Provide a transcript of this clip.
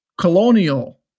Colonial